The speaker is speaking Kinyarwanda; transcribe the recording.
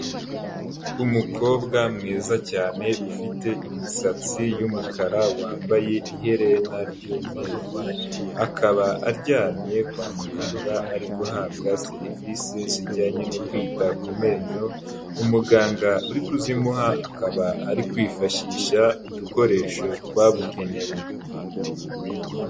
Umukobwa mwiza cyane ufite imisatsi y'umukara, wambaye iherera ry'umweru, akaba aryamye kwa muganga, ari guhabwa serivisi, zijyanye no kwita ku menyo, umuganga uri kuzimuha akaba ari kwifashisha udukoresho twabugenewe.